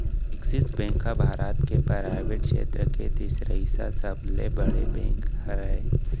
axis bank ह भारत के private छेत्र के तिसरइसा सबले बड़े बेंक हरय